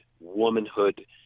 womanhood